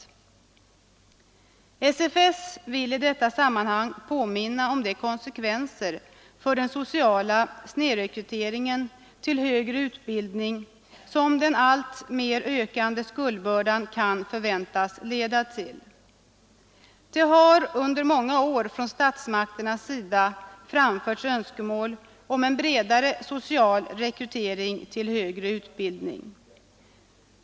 SFS vill i detta sammanhang påminna om de konsekvenser för den sociala snedrekryteringen till högre utbildning som den alltmer ökande skuldbördan kan förväntas leda till. Det har under många år från statsmakternas sida framförts önskemål om en bredare social rekrytering till högre utbildning.